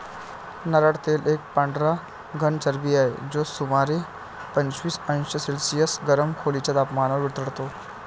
नारळ तेल एक पांढरा घन चरबी आहे, जो सुमारे पंचवीस अंश सेल्सिअस गरम खोलीच्या तपमानावर वितळतो